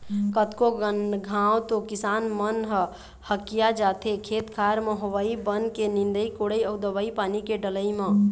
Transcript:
कतको घांव तो किसान मन ह हकिया जाथे खेत खार म होवई बन के निंदई कोड़ई अउ दवई पानी के डलई म